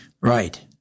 Right